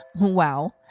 Wow